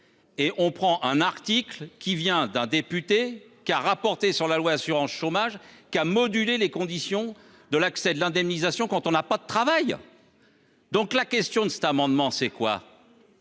Et on prend un article qui vient d'un député qui a rapporté sur la loi assurance-chômage qu'à moduler les conditions de l'accès de l'indemnisation quand on n'a pas de travail. Donc la question de cet amendement. C'est quoi.